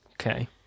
Okay